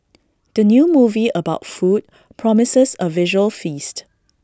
the new movie about food promises A visual feast